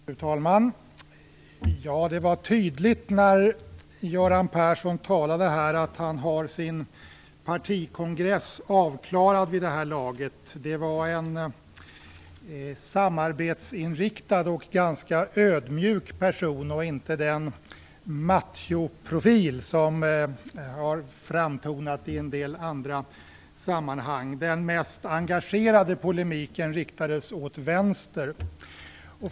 Fru talman! När Göran Persson talade här framstod det tydligt att han har sin partikongress avklarad. Det var en samarbetsinriktad och ganska ödmjuk person och inte den machoprofil som har framtonat i en del sammanhang. Den mest engagerade polemiken riktades åt vänster.